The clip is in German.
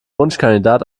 wunschkandidat